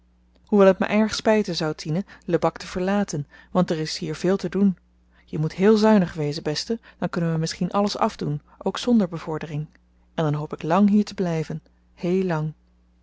hoewel t my erg spyten zou tine lebak te verlaten want er is hier veel te doen je moet heel zuinig wezen beste dan kunnen wy misschien alles afdoen ook zonder bevordering en dan hoop ik lang hier te blyven heel lang